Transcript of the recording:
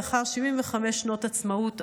לאחר 75 שנות עצמאות,